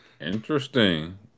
Interesting